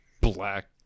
black